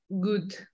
good